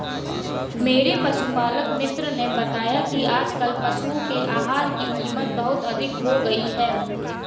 मेरे पशुपालक मित्र ने बताया कि आजकल पशुओं के आहार की कीमत बहुत अधिक हो गई है